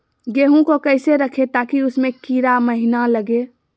गेंहू को कैसे रखे ताकि उसमे कीड़ा महिना लगे?